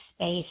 space